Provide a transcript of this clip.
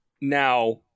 Now